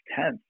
10th